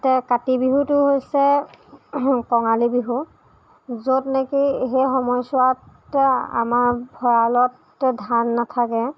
তাতে কাতি বিহুটো হৈছে কঙালী বিহু য'ত নেকি সেই সময়ছোৱাততো আমাৰ ভঁৰালত ধান নাথাকে